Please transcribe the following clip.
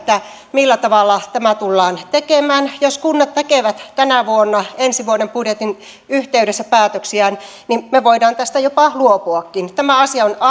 millä tavalla tämä tullaan tekemään jos kunnat tekevät tänä vuonna ensi vuoden budjetin yhteydessä päätöksiään me voimme tästä jopa luopuakin tämä asia on